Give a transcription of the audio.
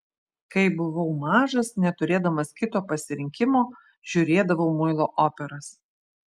kai buvau mažas neturėdamas kito pasirinkimo žiūrėdavau muilo operas